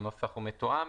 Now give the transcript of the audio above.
הנוסח הוא מתואם,